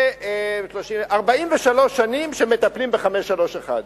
43 שנים מטפלים ב-531.